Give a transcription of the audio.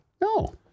No